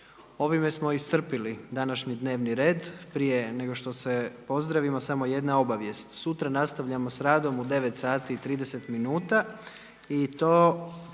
Ovime smo iscrpili današnji dnevni red. Prije nego što se pozdravimo samo jedna obavijest, sutra nastavljamo s radom u 9,30 i to